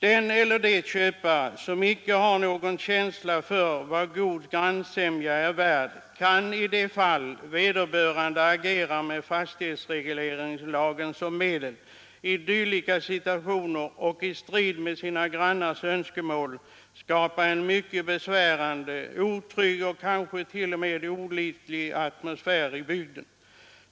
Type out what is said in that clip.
Den eller de köpare som icke har någon känsla för vad god grannsämja är värd kan, i de fall vederbörande agerar med fastighetsregleringslagen som medel i dylika situationer och i strid med sina grannars önskemål, skapa en mycket besvärande, otrygg och kanske t.o.m. olidlig atmosfär i bygden.